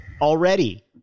already